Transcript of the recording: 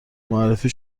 معرفی